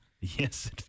yes